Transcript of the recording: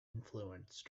influence